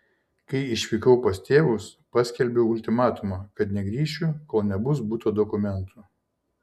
kai išvykau pas tėvus paskelbiau ultimatumą kad negrįšiu kol nebus buto dokumentų